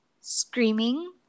screaming